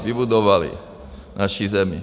Vybudovali naši zemi.